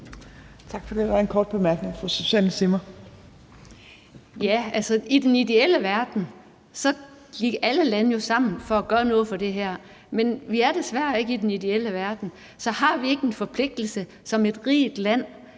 Tak for det, og der er en kort bemærkning. Fru Susanne Zimmer. Kl. 19:12 Susanne Zimmer (FG): I den ideelle verden gik alle lande jo sammen om at gøre noget for det her, men vi er desværre ikke i den ideelle verden. Så har vi ikke en forpligtelse som et rigt land,